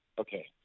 Okay